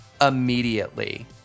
immediately